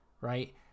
right